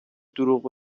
دروغ